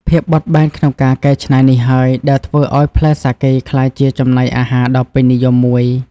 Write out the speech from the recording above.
ភាពបត់បែនក្នុងការកែច្នៃនេះហើយដែលធ្វើឲ្យផ្លែសាកេក្លាយជាចំណីអាហារដ៏ពេញនិយមមួយ។